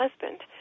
husband